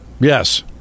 Yes